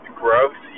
growth